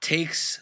Takes